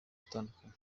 atandukanye